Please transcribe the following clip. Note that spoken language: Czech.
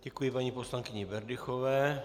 Děkuji paní poslankyni Berdychové.